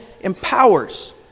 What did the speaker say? empowers